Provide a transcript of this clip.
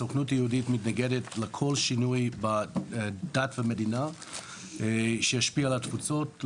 הסוכנות היהודית מתנגדת לכל שינוי דת ומדינה שישפיע על התפוצות,